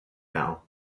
now